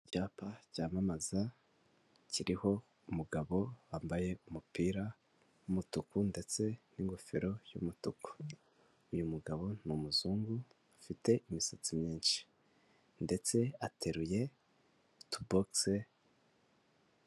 Icyapa cyamamaza, kiriho umugabo wambaye umupira y'umutuku ndetse n'ingofero y'umutuku, uyu mugabo ni umuzungu ufite imisatsi myinshi ndetse ateruye utubogise.